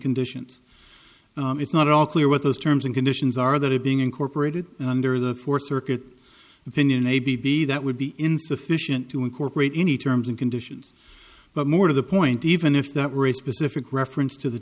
conditions it's not all clear what those terms and conditions are that are being incorporated under the fourth circuit opinion a b b that would be insufficient to incorporate any terms and conditions but more to the point even if that were a specific reference to the